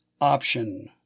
option